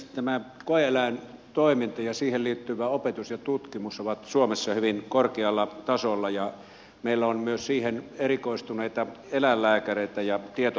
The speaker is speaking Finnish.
tämä koe eläintoiminta ja siihen liittyvä opetus ja tutkimus ovat suomessa hyvin korkealla tasolla ja meillä on myös siihen erikoistuneita eläinlääkäreitä ja tietotaitoa